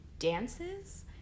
Dances